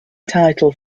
title